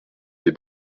des